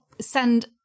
send